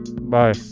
bye